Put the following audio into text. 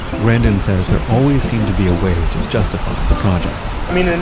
grandin says there always seemed to be a way to justify the project i mean, and